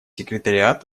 секретариат